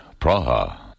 Praha